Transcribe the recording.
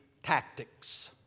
tactics